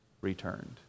returned